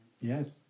Yes